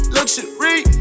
Luxury